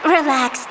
Relax